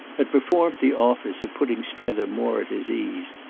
had performed the office of putting strether more at his ease,